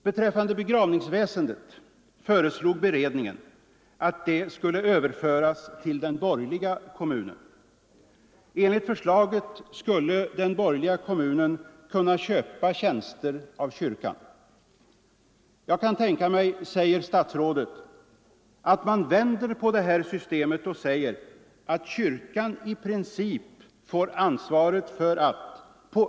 Beträffande begravningsväsendet föreslog beredningen att det skulle överföras till den borgerliga kommunen. Enligt förslaget skulle den borgerliga kommunen kunna köpa tjänster av kyrkan. ”Jag kan tänka mig”, kan komma att uppstå, är det säkert också möjligt att finna praktiska Förhållandet lösningar.